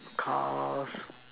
cars